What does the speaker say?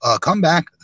comeback